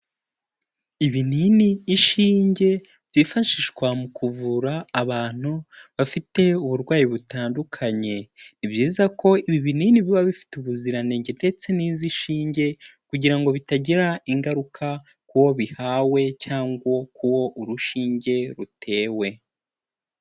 Ibinini, inshinge zifashishwa mu kuvura abantu bafite uburwayi butandukanye ni byiza ko ibi binini biba bifite ubuziranenge ndetse n'izishinge kugira ngo bitagira ingaruka ku wo bihawe cyangwa ku wo urushinge rutewe.